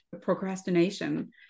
Procrastination